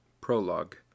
prologue